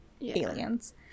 aliens